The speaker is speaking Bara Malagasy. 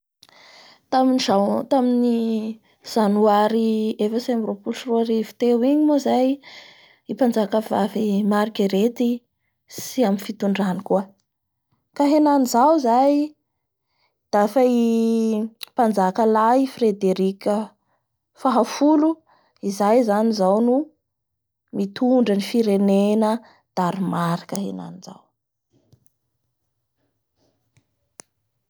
Tamin'ny jan-janoary efatsy ambin'ny roapolo sy roarivo teo igny moa zay i mpanjaka vavy Margerette tsy amin'ny fitondrany koa ka henany zao zay dafa i mpanjaka lahy Frederick faha folo izay zany zao ro mitondra ny firenena Danmarka henany zao